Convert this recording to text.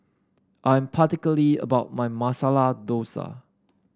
I am particular about my Masala Dosa